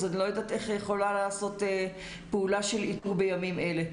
אז אני לא יודעת איך יכולה להיעשות פעולה של איתור בימים אלה.